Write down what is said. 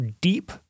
deep